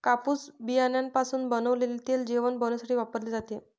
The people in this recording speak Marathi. कापूस बियाण्यापासून बनवलेले तेल जेवण बनविण्यासाठी वापरले जाते